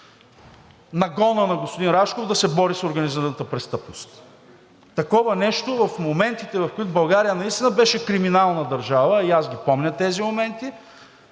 нагона на господин Рашков да се бори с организираната престъпност. Такова нещо в моментите, в които България наистина беше криминална държава, и аз ги помня тези моменти,